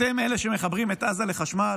אתם אלה שמחברים את עזה לחשמל,